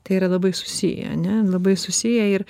tai yra labai susiję ane labai susiję ir